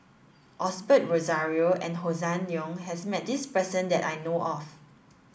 Osbert Rozario and Hossan Leong has met this person that I know of